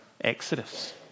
Exodus